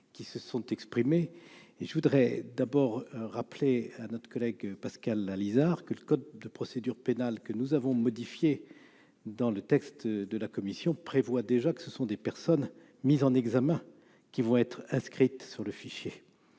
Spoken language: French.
qui se sont exprimés et je voudrais d'abord rappeler à notre collègue Pascal Alizart que le code de procédure pénale, que nous avons modifié dans le texte de la commission prévoit déjà que ce sont des personnes mises en examen qui vont être inscrites sur le fichier,